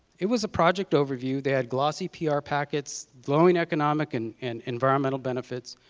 it was a project overview, they had glossy pr packets, glowing economic and and environment benefits.